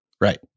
Right